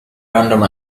random